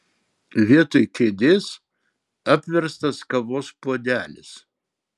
vietoj kėdės apverstas kavos puodelis